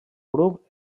grup